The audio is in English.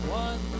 one